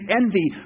envy